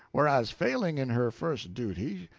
whereas, failing in her first duty,